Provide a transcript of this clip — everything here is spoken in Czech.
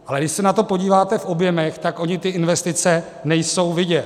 Ale když se na to podíváme v objemech, tak ony ty investice nejsou vidět.